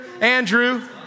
Andrew